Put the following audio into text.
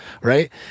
right